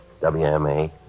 WMA